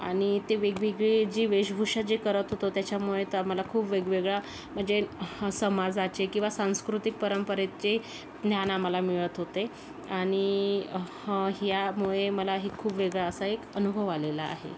आणि ते वेगवेगळे जी वेशभूषा जे करत होतो त्याच्यामुळे तर आम्हाला खूप वेगवेगळा म्हणजे समाजाचे किंवा सांस्कृतिक परंपरेचे ज्ञान आम्हाला मिळत होते आणि ह्यामुळे मलाही खूप वेगळा असा एक अनुभव आलेला आहे